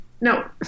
No